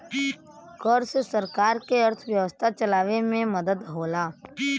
कर से सरकार के अर्थव्यवस्था चलावे मे मदद होला